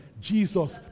Jesus